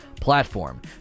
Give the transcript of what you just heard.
platform